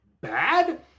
bad